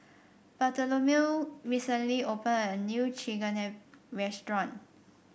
Bartholomew recently opened a new Chigenabe restaurant